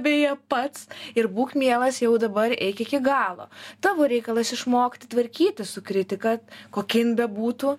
beje pats ir būk mielas jau dabar eik iki galo tavo reikalas išmokti tvarkytis su kritika kokia jin bebūtų